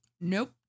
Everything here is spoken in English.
nope